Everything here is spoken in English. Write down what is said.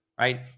right